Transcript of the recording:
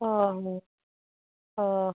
ᱚᱻ